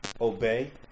obey